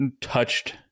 touched